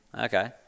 okay